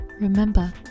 remember